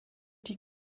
die